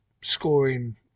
scoring